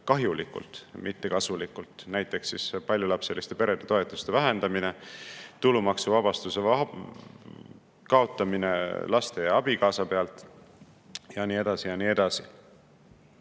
kahjulikult kui kasulikult, näiteks paljulapseliste perede toetuse vähendamine, tulumaksuvabastuse kaotamine laste ja abikaasa pealt ja nii edasi ja nii edasi.